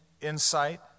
insight